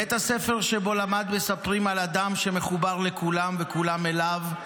בבית הספר שבו למד מספרים על אדם שמחובר לכולם וכולם אליו,